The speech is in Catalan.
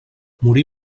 morí